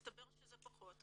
הסתבר אחר כך שפחות.